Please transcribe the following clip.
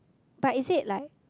but is it like